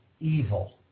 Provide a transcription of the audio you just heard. evil